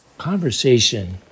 conversation